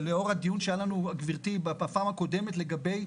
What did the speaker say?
ולאור הדיון בפעם הקודמת לגבי